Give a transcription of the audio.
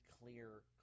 clear